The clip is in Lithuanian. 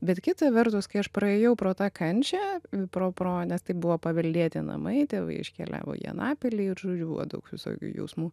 bet kita vertus kai aš praėjau pro tą kančią pro pro nes tai buvo paveldėti namai tėvai iškeliavo į anapilį ir žodžiu buvo daug visokių jausmų